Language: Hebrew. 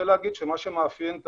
מה שמאפיין את